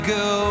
go